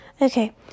Okay